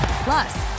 Plus